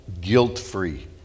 guilt-free